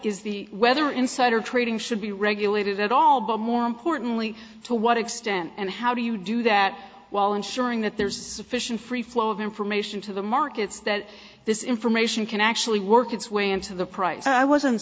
is the weather insider trading should be regulated at all but more importantly to what extent and how do you do that while ensuring that there is sufficient free flow of information to the markets that this information can actually work its way into the price i wasn't